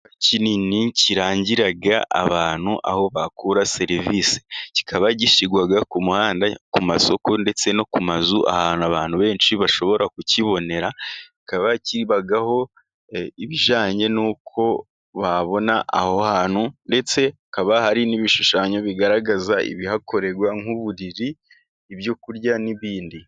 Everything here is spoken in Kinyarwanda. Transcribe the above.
Kinini kirangira abantu aho bakura serivisi, kikaba gishyirwa ku muhanda, ku masoko, ndetse no ku mazu ahantu abantu benshi bashobora kukibonera. Kikaba kibaho ibijyanye n'uko babona aho hantu, ndetse hakaba hari n'ibishushanyo bigaragaza ibihakorerwa nk'uburiri, ibyo kurya n'ibindi.